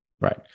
Right